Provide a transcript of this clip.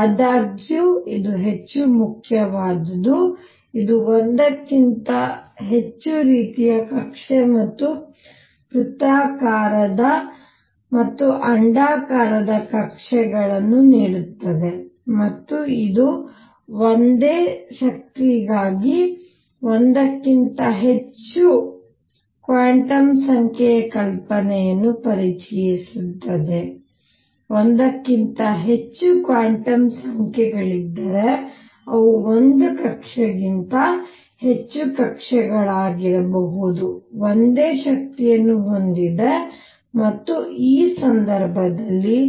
ಆದಾಗ್ಯೂ ಇದು ಹೆಚ್ಚು ಮುಖ್ಯವಾದುದು ಇದು ಒಂದಕ್ಕಿಂತ ಹೆಚ್ಚು ರೀತಿಯ ಕಕ್ಷೆ ಮತ್ತು ವೃತ್ತಾಕಾರದ ಮತ್ತು ಅಂಡಾಕಾರದ ಕಕ್ಷೆಗಳನ್ನು ನೀಡುತ್ತದೆ ಮತ್ತು ಇದು ಒಂದೇ ಶಕ್ತಿಗಾಗಿ ಒಂದಕ್ಕಿಂತ ಹೆಚ್ಚು ಕ್ವಾಂಟಮ್ ಸಂಖ್ಯೆಯ ಕಲ್ಪನೆಯನ್ನು ಪರಿಚಯಿಸುತ್ತದೆ ಒಂದಕ್ಕಿಂತ ಹೆಚ್ಚು ಕ್ವಾಂಟಮ್ ಸಂಖ್ಯೆಗಳೆಂದರೆ ಅವು ಒಂದು ಕಕ್ಷೆಗಿಂತ ಹೆಚ್ಚು ಕಕ್ಷೆಗಳಾಗಿರಬಹುದು ಒಂದೇ ಶಕ್ತಿಯನ್ನು ಹೊಂದಿದೆ ಮತ್ತು ಈ ಸಂದರ್ಭದಲ್ಲಿ